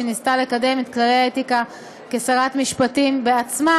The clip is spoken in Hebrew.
שניסתה לקדם את כללי האתיקה כשרת משפטים בעצמה,